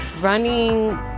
Running